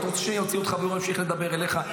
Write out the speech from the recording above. אתה רוצה שאני אוציא אותך, והוא ימשיך לדבר אליך?